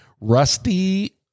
Rusty